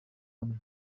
hamwe